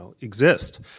exist